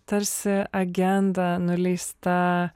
tarsi agenda nuleista